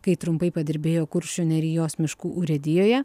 kai trumpai padirbėjo kuršių nerijos miškų urėdijoje